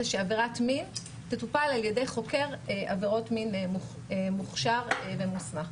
שעבירת מין תטופל על ידי חוקר עבירות מין מוכשר ומוסמך.